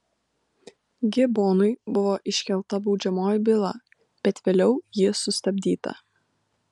gibonui buvo iškelta baudžiamoji byla bet vėliau ji sustabdyta